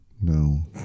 No